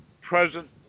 present